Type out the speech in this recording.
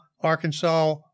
Arkansas